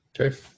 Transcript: Okay